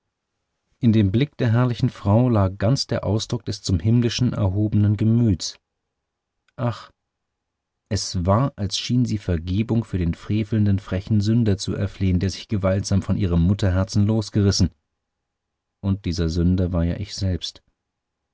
in dem blick der herrlichen frau lag ganz der ausdruck des zum himmlischen erhobenen gemüts ach es war als schien sie vergebung für den frevelnden frechen sünder zu erflehen der sich gewaltsam von ihrem mutterherzen losgerissen und dieser sünder war ja ich selbst